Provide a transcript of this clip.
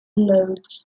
loads